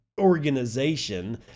Organization